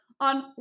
on